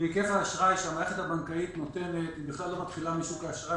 מהיקף האשראי שהמערכת הבנקאית נותנת בכלל לא מתחילה משוק האשראי,